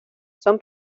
son